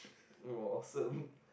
awesome